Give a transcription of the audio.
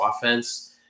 offense